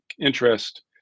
interest